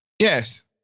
Yes